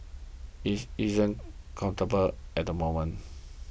it isn't comfortable at the moment